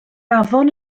afon